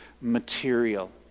material